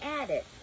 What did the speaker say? added